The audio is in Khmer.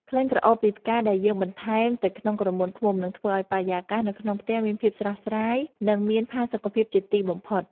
ក្លិនក្រអូបពីផ្កាដែលយើងបន្ថែមទៅក្នុងក្រមួនឃ្មុំ នឹងធ្វើឱ្យបរិយាកាសនៅក្នុងផ្ទះមានភាពស្រស់ស្រាយ និង មានផាសុកភាពជាទីបំផុត។